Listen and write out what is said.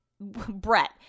Brett